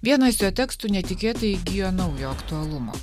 vienas jo tekstų netikėtai įgijo naujo aktualumo